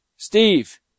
Steve